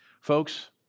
Folks